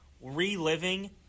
reliving